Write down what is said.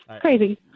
crazy